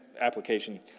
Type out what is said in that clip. application